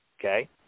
Okay